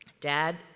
Dad